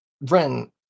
Ren